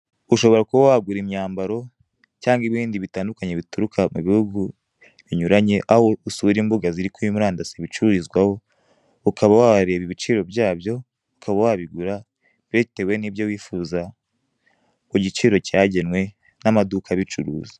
Ushobora kuba wagura imyambaro cyangwa ibindi bitandukanye bituruka mu bihugu binyuranye, aho usura imbuga ziri kuri murandasi bicururizwa, ukaba wareba ibiciro byabyo, uka wabigura bitewe n'ibyo wifuza, ku giciro cyagenwe n'amaduka abicuruza.